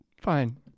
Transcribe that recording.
Fine